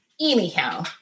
Anyhow